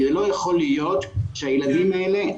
לא יכול להיות שהילדים האלה,